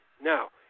now